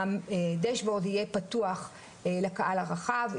הדשבורד יהיה פתוח לקהל הרחב,